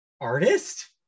artist